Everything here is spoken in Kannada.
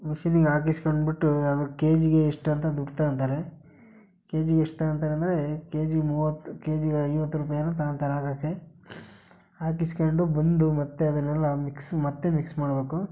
ಮಿಷಿನಿಗೆ ಹಾಕಿಸ್ಕೊಂಡ್ಬಿಟ್ಟು ಅದು ಕೆ ಜಿಗೆ ಇಷ್ಟು ಅಂತ ದುಡ್ಡು ತಗೊಂತಾರೆ ಕೆ ಜಿಗೆ ಎಷ್ಟು ತಗಂತಾರೆ ಅಂದರೆ ಕೆ ಜಿಗೆ ಮೂವತ್ತು ಕೆ ಜಿಗೆ ಐವತ್ತು ರೂಪಾಯಿ ಏನೋ ತಗಂತಾರೆ ಹಾಕೋಕ್ಕೆ ಹಾಕಿಸ್ಕಂಡು ಬಂದು ಮತ್ತೆ ಅದನ್ನೆಲ್ಲ ಮಿಕ್ಸ್ ಮತ್ತೆ ಮಿಕ್ಸ್ ಮಾಡ್ಬೇಕು